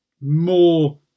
more